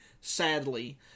sadly